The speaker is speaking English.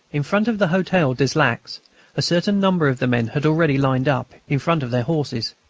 in front of the hotel des lacs a certain number of the men had already lined up, in front of their horses.